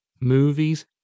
movies